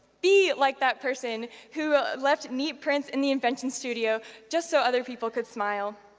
be like that person who left neat prints in the invention studio just so other people could smile.